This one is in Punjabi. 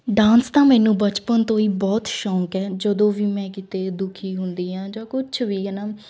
ਡਾਂਸ ਦਾ ਮੈਨੂੰ ਬਚਪਨ ਤੋਂ ਹੀ ਬਹੁਤ ਸ਼ੌਂਕ ਹੈ ਜਦੋਂ ਵੀ ਮੈਂ ਕਿਤੇ ਦੁਖੀ ਹੁੰਦੀ ਹਾਂ ਜਾਂ ਕੁਛ ਵੀ ਹੈ ਨਾ